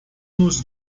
nos